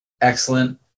excellent